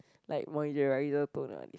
like moisturizer toner